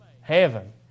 heaven